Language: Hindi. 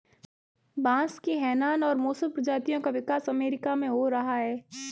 बांस की हैनान और मोसो प्रजातियों का विकास अमेरिका में हो रहा है